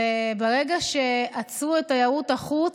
ברגע שעצרו את תיירות החוץ,